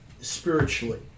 spiritually